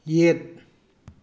ꯌꯦꯠ